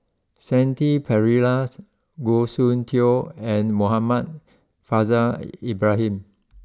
Shanti Pereiras Goh Soon Tioe and Muhammad Faishal Ibrahim